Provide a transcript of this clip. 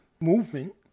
movement